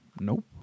nope